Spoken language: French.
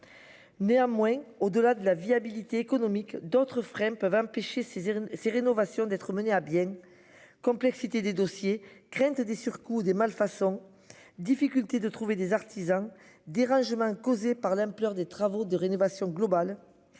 Néanmoins, au-delà de la viabilité économique d'autres Fremm peuvent empêcher ces ces rénovations d'être menée à bien. Complexité des dossiers crainte des surcoûts des malfaçons difficulté de trouver des artisans dérangement causé par l'ampleur des travaux de rénovation globale.